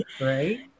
Right